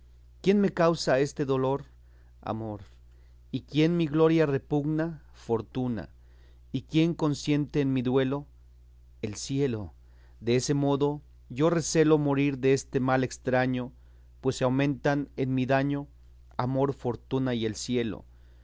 quién me causa este dolor amor y quién mi gloria repugna fortuna y quién consiente en mi duelo el cielo de ese modo yo recelo morir deste mal estraño pues se aumentan en mi daño amor fortuna y el cielo